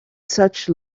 such